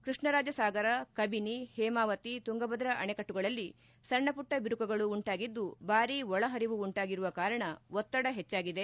ಕೃಷ್ಣರಾಜ ಸಾಗರ ಕಬಿನಿ ಹೇಮಾವತಿ ತುಂಗಭದ್ರ ಅಣೆಕಟ್ಟುಗಳಲ್ಲಿ ಸಣ್ಣ ಪುಟ್ಟ ಬಿರುಕುಗಳು ಉಂಟಾಗಿದ್ದು ಭಾರಿ ಒಳ ಪರಿವು ಉಂಟಾಗಿರುವ ಕಾರಣ ಒತ್ತಡ ಹೆಚ್ಚಾಗಿದೆ